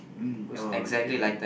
mm okay